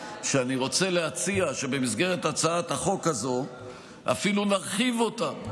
אני רוצה להציע שבמסגרת הצעת החוק הזו אפילו נרחיב אותה,